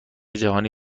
جهانی